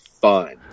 fun